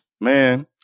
Man